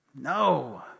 no